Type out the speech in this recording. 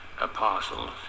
apostles